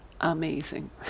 amazing